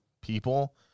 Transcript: people